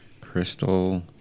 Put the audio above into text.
Crystal